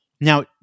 Now